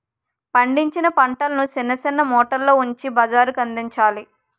పండించిన పంటలను సిన్న సిన్న మూటల్లో ఉంచి బజారుకందించాలి